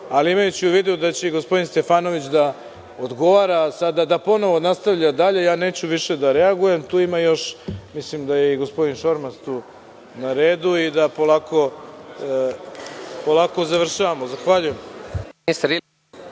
ali imajući u vidu da će i gospodin Stefanović da odgovara, sada da ponovo nastavlja dalje, ja neću više da reagujem. Tu ima još, mislim da je i gospodin Šormaz na redu i da polako završavamo. Zahvaljujem.